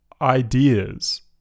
ideas